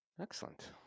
excellent